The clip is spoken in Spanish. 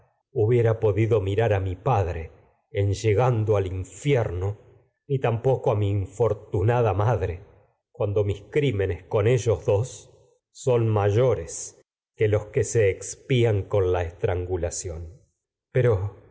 hubiera a po dido mirar mi padre en llegando al infierno ni tam poco a ellos mi infortunada madre cuando mis crímenes con son dos mayores que los que se expían con la estrangulación pero